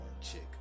chick